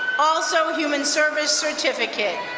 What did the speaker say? also human service certificate.